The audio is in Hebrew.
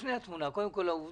לפני התמונה, קודם כל העובדות.